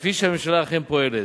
כפי שהממשלה אכן פועלת.